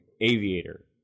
Aviator